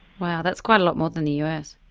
wow, that's quite a lot more than the us.